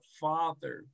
father